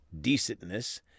decentness